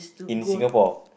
in Singapore